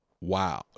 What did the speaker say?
wow